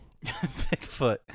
Bigfoot